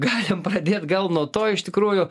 galim pradėt gal nuo to iš tikrųjų